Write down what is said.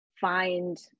find